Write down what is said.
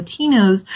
Latinos